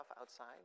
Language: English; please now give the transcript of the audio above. outside